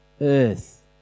earth